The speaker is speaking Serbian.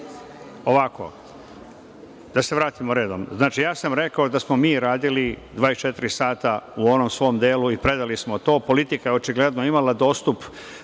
Da se vratimo redom, znači, ja sam rekao da smo mi radili 24 sata u onom svom delu i predali smo to. Politika je očigledno imala dostup